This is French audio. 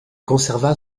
conserva